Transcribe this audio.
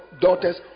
daughters